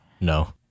No